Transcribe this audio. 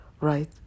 right